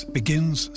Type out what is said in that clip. begins